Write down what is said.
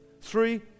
Three